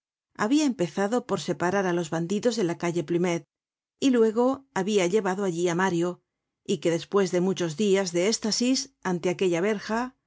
habia empezado por separar á los bandidos de la calle plumet y luego habia llevado allí á mario y que despues de muchos dias de éstasis ante aquella verja